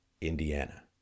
Indiana